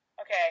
Okay